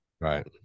Right